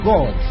God